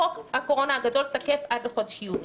חוק הקורונה הגדול תקף עד חודש יוני,